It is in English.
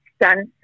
done